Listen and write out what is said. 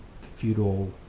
feudal